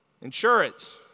Insurance